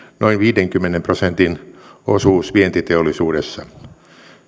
noin viidenkymmenen prosentin osuus vientiteollisuudessa